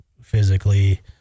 physically